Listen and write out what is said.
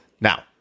Now